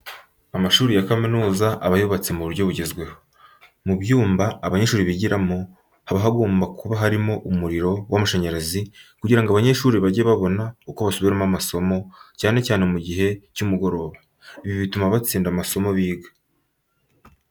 Amashuri ya kaminuza aba yubatse mu buryo bugezweho. Mu byumba abanyeshuri bigiramo, haba hagomba kuba harimo umuriro w'amashanyarazi, kugira ngo abanyeshuri bajye babona uko basubiramo amasomo, cyane cyane mu gihe cy'umugoroba. Ibi bituma batsinda amasomo biga.